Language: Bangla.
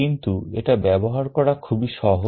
কিন্তু এটা ব্যবহার করা খুবই সহজ